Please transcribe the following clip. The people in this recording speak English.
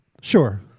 Sure